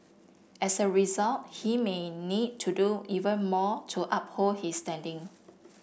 as a result he may need to do even more to uphold his standing